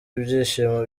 ibyishimo